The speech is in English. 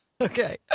Okay